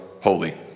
holy